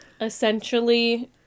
essentially